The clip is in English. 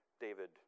David